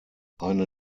eine